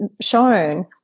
shown